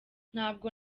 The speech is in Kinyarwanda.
ntabwo